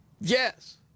Yes